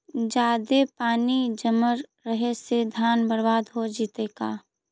जादे पानी जमल रहे से धान बर्बाद हो जितै का?